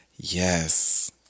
Yes